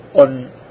on